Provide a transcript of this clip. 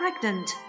Pregnant